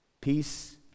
Peace